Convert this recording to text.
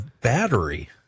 battery